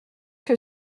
que